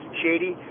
shady